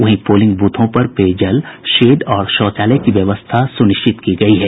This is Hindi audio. वहीं पोलिंग ब्रथों पर पेयजल शेड और शौचालय की व्यवस्था सुनिश्चित की गयी है